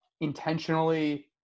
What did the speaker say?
intentionally